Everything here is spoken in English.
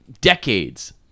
decades